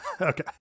Okay